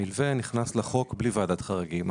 המלווה נכנס לחוק בלי ועדת חריגים,